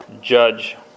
judge